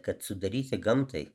kad sudaryti gamtai